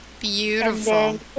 Beautiful